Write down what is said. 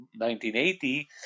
1980